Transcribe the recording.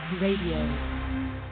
Radio